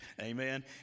Amen